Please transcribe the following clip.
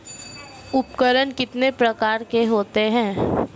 उपकरण कितने प्रकार के होते हैं?